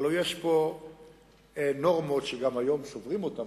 הלוא יש פה נורמות שהיום שוברים אותן,